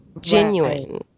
genuine